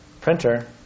printer